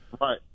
Right